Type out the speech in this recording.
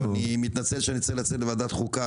אני מתנצל שאני צריך לצאת לוועדת חוקה,